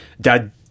Dad